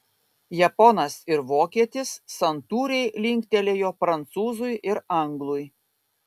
japonas ir vokietis santūriai linktelėjo prancūzui ir anglui